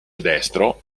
destro